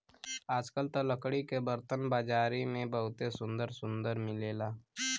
आजकल त लकड़ी के बरतन बाजारी में बहुते सुंदर सुंदर मिलेला